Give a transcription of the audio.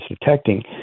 detecting